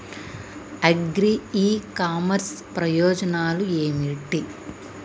Agri e commerce ప్రయోజనాలు ఏమిటి?